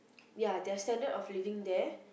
ya their standard of living there